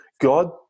God